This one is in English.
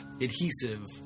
adhesive